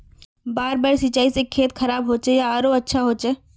बार बार सिंचाई से खेत खराब होचे या आरोहो अच्छा होचए?